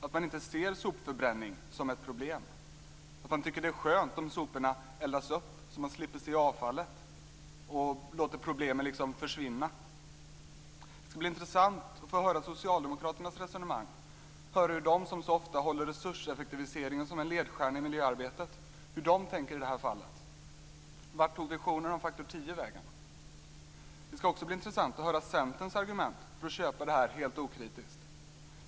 Ser man inte sopförbränning som ett problem? Tycker man att det är skönt om soporna eldas upp så att man slipper se avfallet och därigenom låter problemen försvinna? Det skall bli intressant att få höra Socialdemokraternas resonemang, att få höra hur de tänker som så ofta framhåller resurseffektiviseringen som en ledstjärna i miljöarbetet. Vart tog visionen om faktor 10 Det skall också bli intressant att höra Centerns argument för att köpa detta helt okritiskt.